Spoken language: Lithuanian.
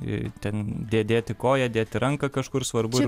ir ten dėti koją dėti ranką kažkur svarbu